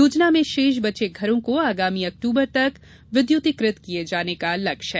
योजना में शेष बचे घरों को आगामी अक्टूबर तक विद्युतीकृत किए जाने का लक्ष्य है